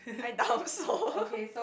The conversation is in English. I doubt so